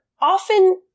often